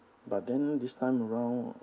but then this time around